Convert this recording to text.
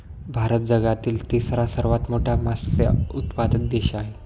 भारत जगातील तिसरा सर्वात मोठा मत्स्य उत्पादक देश आहे